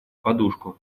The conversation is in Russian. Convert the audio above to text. подушку